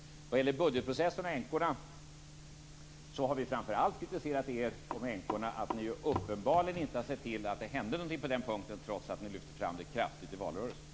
Sedan gällde det budgetprocessen och änkorna. Där har vi framför allt kritiserat er när det gäller änkorna för att ni uppenbarligen inte har sett till att det hände någonting på den punkten, trots att ni lyfte fram den kraftigt i valrörelsen.